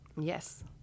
yes